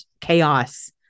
chaos